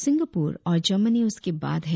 Singapore और Germany उसके बाद हैं